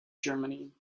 germany